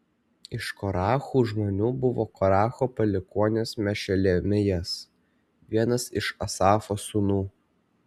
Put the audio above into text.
iš korachų žmonių buvo koracho palikuonis mešelemijas vienas iš asafo sūnų